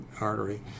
artery